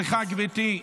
סליחה, גברתי.